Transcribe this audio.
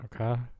Okay